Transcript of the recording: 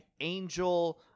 Angel